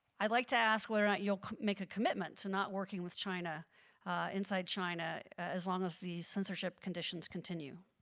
i'd like to ask whether or not you will make a commitment to not working with china inside china as long as the censorship conditions continue.